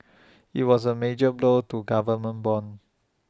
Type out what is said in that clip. IT was A major blow to government bonds